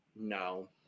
No